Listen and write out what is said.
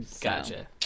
Gotcha